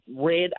red